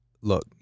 look